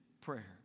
prayer